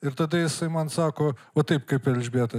ir tada jisai man sako va taip kaip elžbieta